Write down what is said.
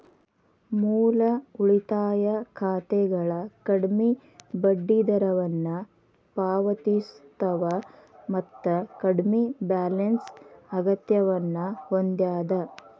ಮೂಲ ಉಳಿತಾಯ ಖಾತೆಗಳ ಕಡ್ಮಿ ಬಡ್ಡಿದರವನ್ನ ಪಾವತಿಸ್ತವ ಮತ್ತ ಕಡ್ಮಿ ಬ್ಯಾಲೆನ್ಸ್ ಅಗತ್ಯವನ್ನ ಹೊಂದ್ಯದ